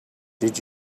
did